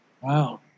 Wow